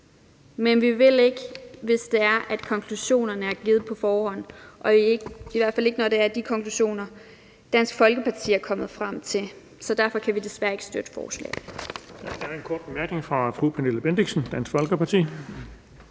men vi vil ikke, hvis konklusionerne er givet på forhånd – og i hvert fald ikke, når det er de konklusioner, Dansk Folkeparti er kommet frem til. Derfor kan vi desværre ikke støtte forslaget.